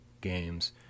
games